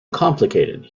complicated